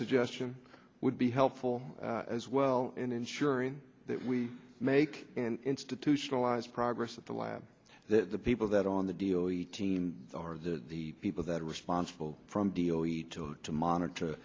suggestion would be helpful as well in ensuring that we make institutionalized progress at the lab that the people that are on the deal team are the people that are responsible from deal he to to monitor